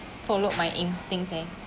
followed my instincts eh